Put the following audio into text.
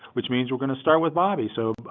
which means we're gonna start with bobby. so,